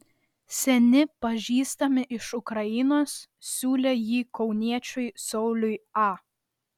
seni pažįstami iš ukrainos siūlė jį kauniečiui sauliui a